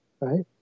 right